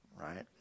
right